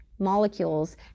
molecules